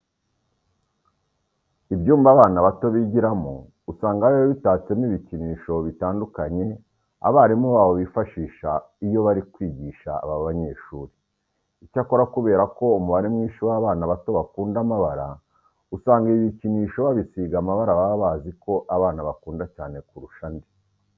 Ibyumba abana bato bigiramo usanga biba bitatsemo ibikinisho bitandukanye abarimu babo bifashisha iyo bari kwigisha aba banyeshuri. Icyakora kubera ko umubare mwinshi w'abana bato bakunda amabara, usanga ibi bikinisho babisiga amabara baba bazi ko abana bakunda cyane kurusha andi.